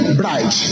bright